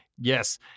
Yes